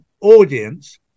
audience